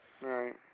Right